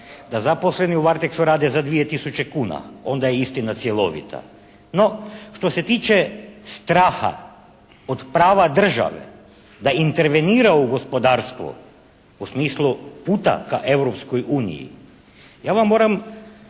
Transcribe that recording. da zaposleni u "Varteksu" rade za 2 tisuće kuna, onda je istina cjelovita. No, što se tiče straha od prava države da intervenira u gospodarstvu u smislu puta ka Europskoj uniji, ja vam moram